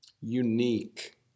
unique